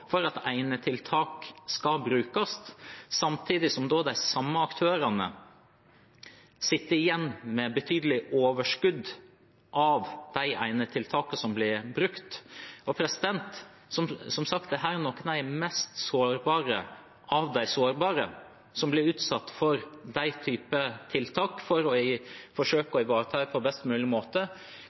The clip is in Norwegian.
for at enetiltak skal brukes. Samtidig sitter de samme aktørene igjen med et betydelig overskudd av de enetiltakene som blir brukt. Som sagt: Dette er noen av de mest sårbare av de sårbare, som blir utsatt for den type tiltak for å forsøke å ivareta dem på best mulig måte.